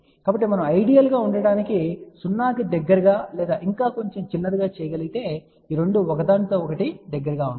కాబట్టి మనం ఐడియల్ గా ఉండటానికి 0 కి దగ్గరగా లేదా ఇంకా కొంచెం చిన్నదిగా చేయగలిగితే ఈ రెండూ ఒకదానికొకటి దగ్గరగా ఉంటాయి